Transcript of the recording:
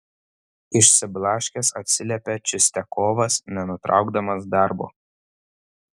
išsiblaškęs atsiliepė čistiakovas nenutraukdamas darbo